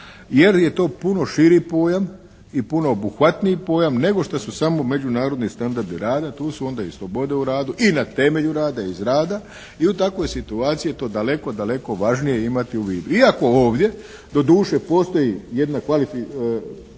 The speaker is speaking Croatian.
jer je to puno širi pojam i puno obuhvatniji pojam nego što su samo međunarodni standardi rada, tu su onda i slobode o radu i na temelju rada i iz rada i u takvoj situaciji to je daleko daleko važnije imati u vidu. Iako ovdje doduše postoji jedna kvalifikativna